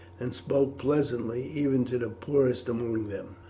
and spoke pleasantly even to the poorest among them.